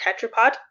tetrapod